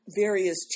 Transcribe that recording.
various